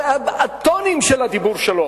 הרי הטונים של הדיבור שלו,